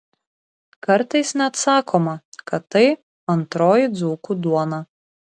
kartais net sakoma kad tai antroji dzūkų duona